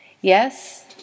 Yes